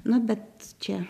na bet čia